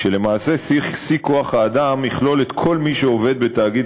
כשלמעשה שיא כוח-האדם יכלול את כל מי שעובד בתאגיד